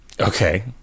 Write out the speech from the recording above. okay